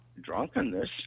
drunkenness